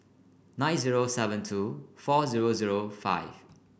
nine zero seven two four zero zero five